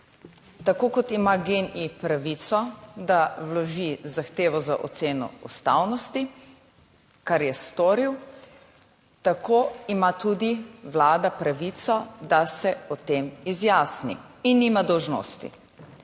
tako kot ima GEN-I pravico, da vloži zahtevo za oceno ustavnosti, kar je storil, tako ima tudi Vlada pravico, da se o tem izjasni. In nima dolžnosti.